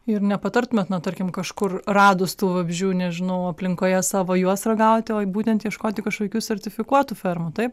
ir nepatartumėt na tarkim kažkur radus tų vabzdžių nežinau aplinkoje savo juos ragauti o būtent ieškoti kažkokių sertifikuotų fermų taip